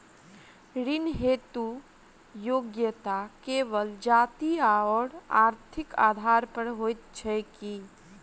ऋण हेतु योग्यता केवल जाति आओर आर्थिक आधार पर होइत छैक की?